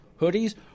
hoodies